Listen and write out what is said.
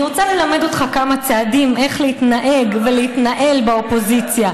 אני רוצה ללמד אותך כמה צעדים איך להתנהג ולהתנהל באופוזיציה.